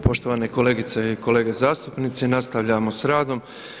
Poštovane kolegice i kolege zastupnici nastavljamo s radom.